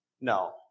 No